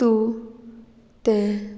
तूं तें